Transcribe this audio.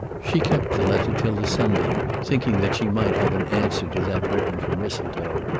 she kept the letter till the sunday, thinking that she might have an answer to that written from mistletoe,